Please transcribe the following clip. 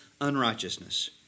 unrighteousness